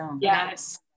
yes